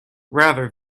rather